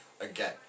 Again